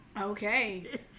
Okay